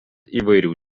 įvairių